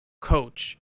coach